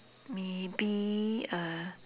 maybe a